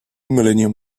millennium